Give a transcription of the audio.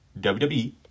WWE